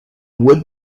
would